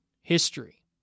history